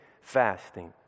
fasting